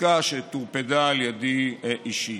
עסקה שטורפדה על ידי אישית.